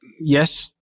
yes